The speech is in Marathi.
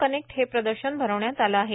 कनेक्ट हे प्रदर्शन भरवण्यात आलं आहे